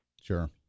Sure